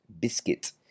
Biscuit